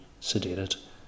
sedated